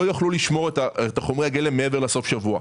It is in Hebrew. לא יוכלו לשמור את חומרי הגלם מעבר לסוף השבוע.